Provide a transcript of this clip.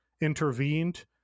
intervened